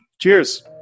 cheers